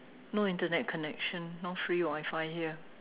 no internet connection no free Wi-Fi here